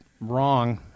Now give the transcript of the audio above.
wrong